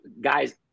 guys